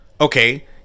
okay